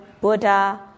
Buddha